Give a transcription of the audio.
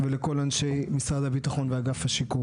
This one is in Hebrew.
את מוקד הסיוע הנפשי